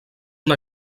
una